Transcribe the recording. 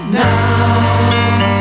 now